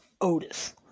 Otis